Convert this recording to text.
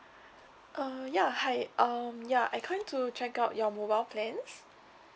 uh ya hi um ya I'm calling to check out your mobile plans